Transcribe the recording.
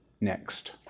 next